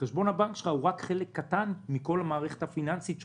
חשבון הבנק שלך הוא רק חלק קטן מכל המערכת הפיננסית שלך.